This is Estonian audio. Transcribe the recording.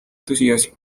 tõsiasi